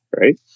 right